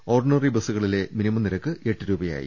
ഓർഡി നറി ബസുകളിലെ മിനിമം നിരക്ക് എട്ടു രൂപയായി